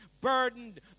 burdened